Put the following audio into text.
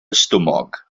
stumog